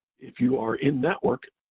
if you are in network,